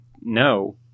no